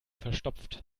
verstopft